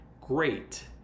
great